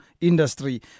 industry